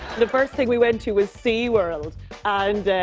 the first thing we went to was sea world and,